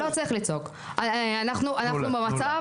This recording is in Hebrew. המצב